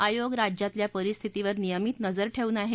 आयोग राज्यातल्या परिस्थितीवर नियमित नजर ठेवून आहे